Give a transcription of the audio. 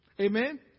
Amen